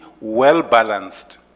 well-balanced